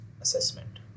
assessment